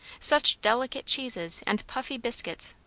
such delicate cheeses and puffy biscuits,